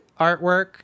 artwork